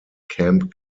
camp